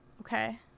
Okay